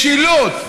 משילות.